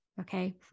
Okay